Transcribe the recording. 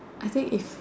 I say its